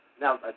Now